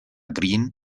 green